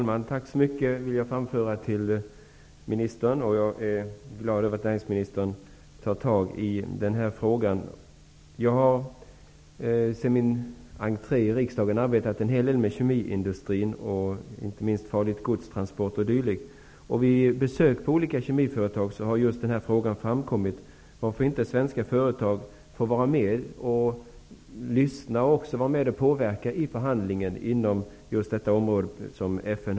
Fru talman! Jag vill framföra ett tack till näringsministern och jag är glad över att näringsministern tar tag i den här frågan. Sedan min entré i riksdagen har jag arbetat med kemiindustrin och inte minst med transporter av farligt gods, o.d. Vid besök på olika kemiföretag har just den här frågan framkommit: Varför får svenska företag inte också vara med och lyssna och påverka vid förhandlingar som FN har på detta område?